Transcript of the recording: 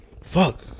fuck